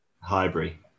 Highbury